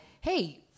hey